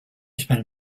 spent